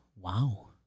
Wow